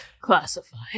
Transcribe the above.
Classified